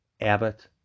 Abbott